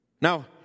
Now